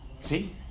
See